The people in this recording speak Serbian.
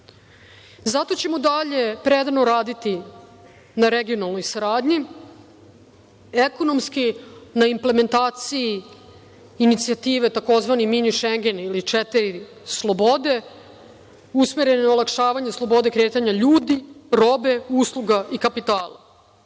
Zato ćemo dalje predano raditi na regionalnoj saradnji, ekonomski, na implementaciji inicijative tzv. „Mini Šengen“ ili četiri slobode, usmerene na olakšavanje slobode kretanja ljudi, robe, usluga i kapitala. Pored